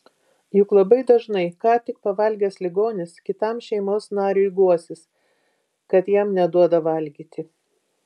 juk labai dažnai ką tik pavalgęs ligonis kitam šeimos nariui guosis kad jam neduoda valgyti